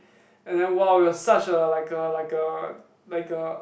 and then wow we're such a like a like a like a